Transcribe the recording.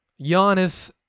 Giannis